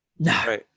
No